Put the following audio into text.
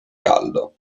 caldo